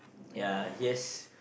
ya he has